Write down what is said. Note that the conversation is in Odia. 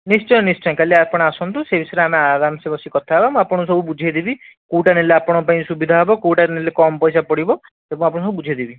ନିଶ୍ଚୟ ନିଶ୍ଚୟ କାଲି ଆପଣ ଆସନ୍ତୁ ସେ ବିଷୟରେ ଆମେ ଆରାମ ସେ ବସି କଥା ହେବା ମୁଁ ଆପଣଙ୍କୁ ସବୁ ବୁଝେଇଦେବି କେଉଁଟା ନେଲେ ଆପଣଙ୍କ ପାଇଁ ସୁବିଧା ହେବ କେଉଁଟା ନେଲେ କମ୍ ପଇସା ପଡ଼ିବ ସବୁ ଆପଣଙ୍କୁ ବୁଝେଇଦେବି